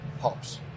hops